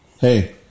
hey